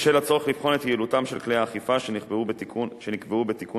בשל הצורך לבחון את יעילותם של כלי האכיפה שנקבעו בתיקון